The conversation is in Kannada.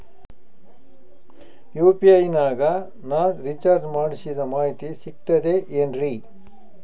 ಯು.ಪಿ.ಐ ನಾಗ ನಾ ರಿಚಾರ್ಜ್ ಮಾಡಿಸಿದ ಮಾಹಿತಿ ಸಿಕ್ತದೆ ಏನ್ರಿ?